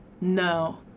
No